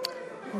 לה.